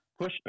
pushback